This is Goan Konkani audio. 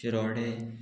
शिरोडें